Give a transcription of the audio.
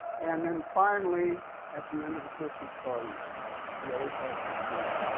and then finally, at the end of the christmas parties we always have pictures.